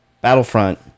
Battlefront